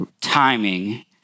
timing